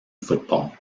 football